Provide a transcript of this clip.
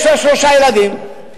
יש לה שלושה ילדים,